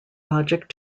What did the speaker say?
logic